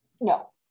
No